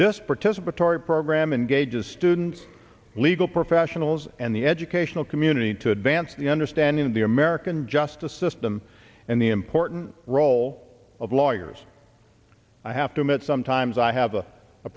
this participatory program and gauges students legal professionals and the educational community to advance the understanding of the american justice system and the important role of lawyers i have to admit sometimes i have a